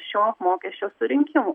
šio mokesčio surinkimui